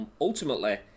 ultimately